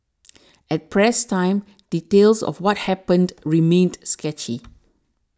at press time details of what happened remained sketchy